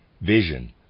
vision